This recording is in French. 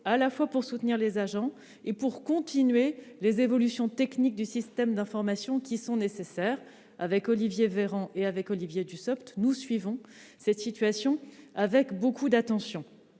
à la fois pour soutenir les agents et pour continuer les évolutions techniques du système d'information qui sont encore nécessaires. Olivier Véran, Olivier Dussopt et moi-même suivons cette situation avec beaucoup d'attention.